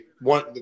one